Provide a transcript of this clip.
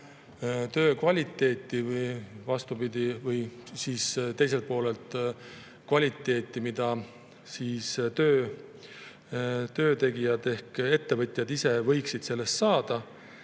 töö kvaliteet ja vastupidi, teiselt poolelt kvaliteet, mida töötegijad ehk ettevõtjad ise võiksid sellest saada.